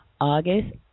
august